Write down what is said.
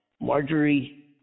Marjorie